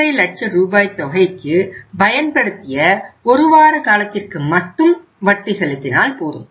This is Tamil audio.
5 லட்ச ரூபாய் தொகைக்கு பயன்படுத்திய 1 வார காலத்திற்கு மட்டும் வட்டி செலுத்தினால் போதும்